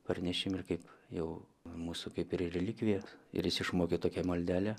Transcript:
parnešėm ir kaip jau mūsų kaip ir relikvija ir jis išmokė tokią maldelę